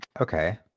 Okay